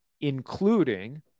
including